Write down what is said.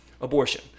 abortion